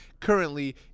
currently